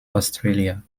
australia